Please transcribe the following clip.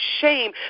shame